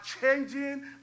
changing